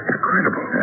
Incredible